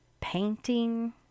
painting